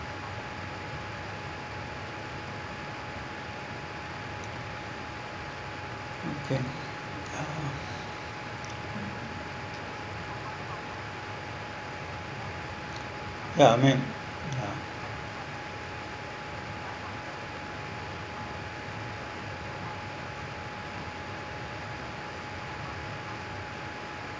who can uh ya I mean ya